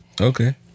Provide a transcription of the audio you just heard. okay